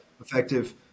effective